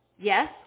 yes